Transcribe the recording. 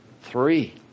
Three